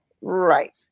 Right